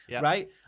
right